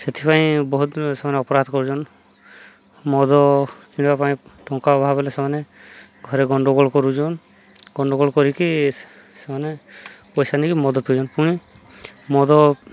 ସେଥିପାଇଁ ବହୁତ ସେମାନେ ଅପରାଧ କରୁଛନ୍ ମଦ କିଣିବା ପାଇଁ ଟଙ୍କା ଅଭାବ ହେଲେ ସେମାନେ ଘରେ ଗଣ୍ଡଗୋଳ କରୁଛନ୍ ଗଣ୍ଡଗୋଳ କରିକି ସେମାନେ ପଇସା ନେଇକି ମଦ ପିଉଛନ୍ ପୁଣି ମଦ